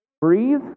breathe